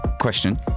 Question